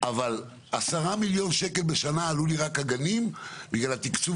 אבל 10 מיליון שקל בשנה עלו לי רק הגנים בגלל התקצוב